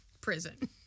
prison